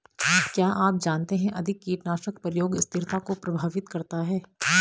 क्या आप जानते है अधिक कीटनाशक प्रयोग स्थिरता को प्रभावित करता है?